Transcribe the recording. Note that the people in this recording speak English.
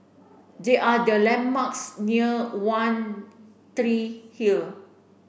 they are the landmarks near One Tree Hill